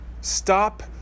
Stop